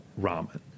ramen